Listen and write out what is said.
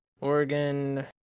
Oregon